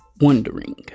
wondering